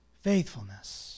faithfulness